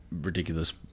ridiculous